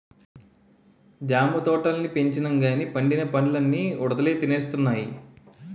జామ తోటల్ని పెంచినంగానీ పండిన పల్లన్నీ ఉడతలే తినేస్తున్నాయి